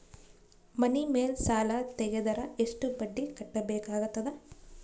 ಮನಿ ಮೇಲ್ ಸಾಲ ತೆಗೆದರ ಎಷ್ಟ ಬಡ್ಡಿ ಕಟ್ಟಬೇಕಾಗತದ?